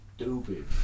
stupid